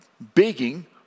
begging